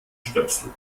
stöpsel